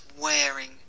wearing